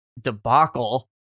debacle